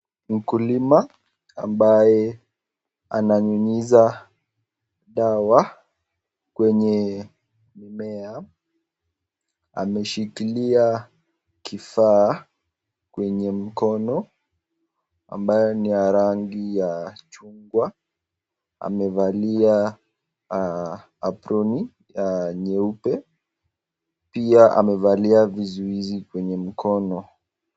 Mkulima ambaye ananyunyiza dawa kwenye mimea, ameshikilia kifaa kwenye mkono ambayo ni ya rangi ya chungwa, amevalia aproni nyeupe, pia amevalia vizuizi mkono.